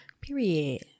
Period